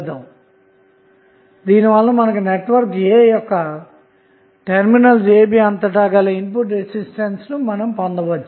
కాబట్టి దీని వలన మనము నెట్వర్క్ A యొక్క టెర్మినల్స్ అంతటా గల ఇన్పుట్ రెసిస్టెన్స్ ను పొందుతాము